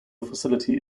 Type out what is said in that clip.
facility